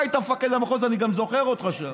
אתה היית מפקד המחוז, אני גם זוכר אותך שם.